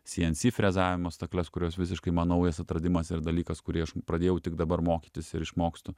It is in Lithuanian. cnc frezavimo stakles kurios visiškai man naujas atradimas ir dalykas kurį aš pradėjau tik dabar mokytis ir išmokstu